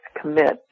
commit